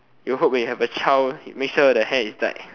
you hope when you have a child make sure the hair is dyed